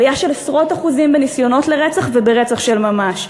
עלייה של עשרות אחוזים בניסיונות לרצח וברצח של ממש.